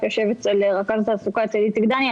השירות הלאומי באגף יושב אצל רכז תעסוקה איציק דניאל,